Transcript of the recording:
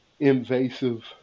invasive